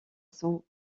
sont